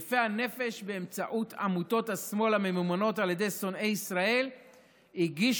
יפי הנפש באמצעות עמותות השמאל הממומנות על ידי שונאי ישראל הגישו